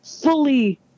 fully